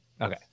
Okay